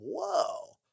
whoa